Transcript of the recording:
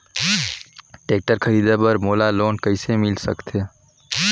Tractor खरीदे बर मोला लोन कइसे मिल सकथे?